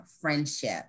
friendship